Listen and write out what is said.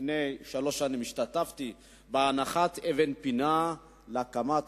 לפני שלוש שנים השתתפתי בהנחת אבן פינה להקמת